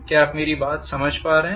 क्या आप मेरी बात समझ पा रहे हैं